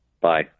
Bye